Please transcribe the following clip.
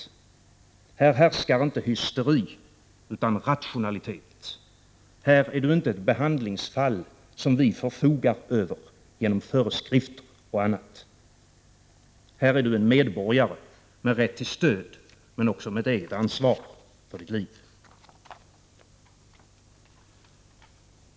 Här härskar inte hysteri, utan rationalitet. Här är du inte ett behandlingsfall, som vi förfogar över genom föreskrifter och annat. Här är du en medborgare med rätt till stöd, men också med ett eget ansvar för ditt liv.